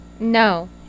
no